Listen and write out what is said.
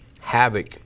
havoc